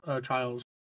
trials